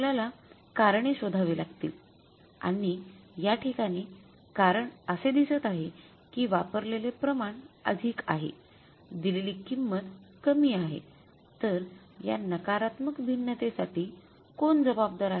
आपल्याला कारणे शोधावी लागतील आणि याठिकाणी कारण असे दिसत आहे कि वापरलेले प्रमाण अधिक आहे दिलेली किंमत कमी आहे तर या नकारात्मक भिन्नतेसाठी कोण जबाबदार आहे